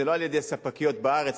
זה לא על-ידי ספקיות בארץ,